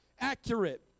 accurate